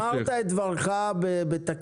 ידידי, אמרת את דבריך בתקיפות.